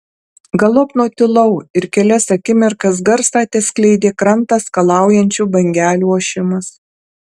galop nutilau ir kelias akimirkas garsą teskleidė krantą skalaujančių bangelių ošimas